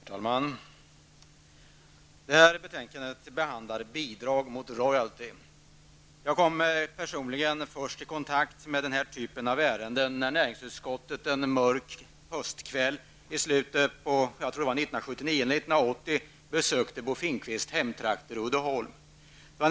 Herr talman! Detta betänkande behandlar bidrag mot royalty. Jag kom personligen först i kontakt med den här typen av ärenden när näringsutskottet en mörk höstkväll i slutet av 1979 eller 1980 besökte Bo Finnkvists hemtrakter Uddeholm.